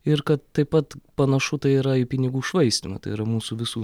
ir kad taip pat panašu tai yra į pinigų švaistymą tai yra mūsų visų